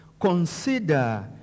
Consider